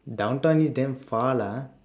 downtown east damn far lah